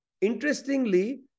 interestingly